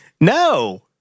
no